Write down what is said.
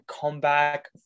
comeback